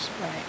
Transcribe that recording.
right